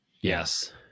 Yes